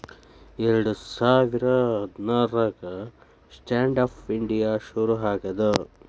ಎರಡ ಸಾವಿರ ಹದ್ನಾರಾಗ ಸ್ಟ್ಯಾಂಡ್ ಆಪ್ ಇಂಡಿಯಾ ಶುರು ಆಗ್ಯಾದ